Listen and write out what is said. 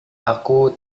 aku